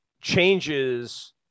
changes